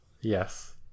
Yes